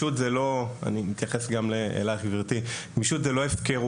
גמישות זה לא, אני מתייחס גם אלייך גברתי, הפקרות.